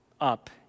up